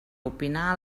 opinar